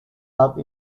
love